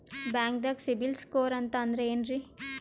ಬ್ಯಾಂಕ್ದಾಗ CIBIL score ಅಂತ ಅಂದ್ರೆ ಏನ್ರೀ?